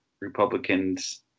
Republicans